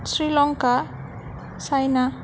Sri Lanka China